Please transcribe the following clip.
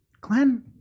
Glenn